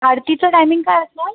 आरतीचं टायमिंग काय असणार